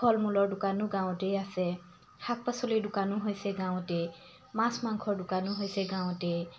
ফল মূলৰ দোকানো গাঁৱতেই আছে শাক পাচলিৰ দোকানো হৈছে গাঁৱতে মাছ মাংসৰ দোকানো হৈছে গাঁৱতে